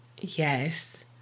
Yes